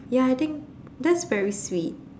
ya I think that's very sweet